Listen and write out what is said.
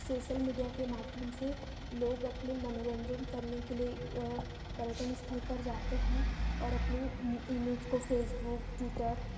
social media के माध्यम से लोग अपने मनोरंजन करने के लिए पर्यटन स्थल पर जाते हैं और अपने इमेज को फ़ेसबुक ट्विटर